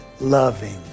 loving